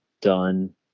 done